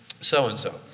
so-and-so